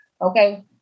Okay